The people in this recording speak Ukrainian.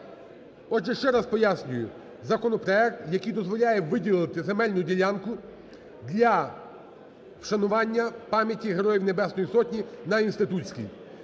Отже, ще раз пояснюю. Законопроект, який дозволяє виділити земельну ділянку для вшанування пам'яті Героїв Небесної Сотні на Інститутській.